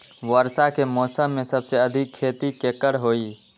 वर्षा के मौसम में सबसे अधिक खेती केकर होई?